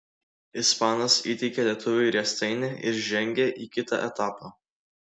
ispanas įteikė lietuviui riestainį ir žengė į kitą etapą